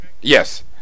Yes